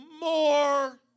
more